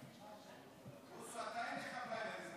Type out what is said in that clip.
בוסו, אין לך פריימריז.